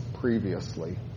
previously